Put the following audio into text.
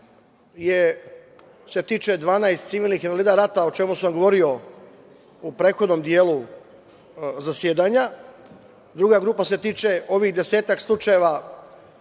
se tiče 12 civilnih invalida rata o čemu sam govorio u prethodnom delu zasedanja. Druga grupa se tiče ovih desetak slučajeva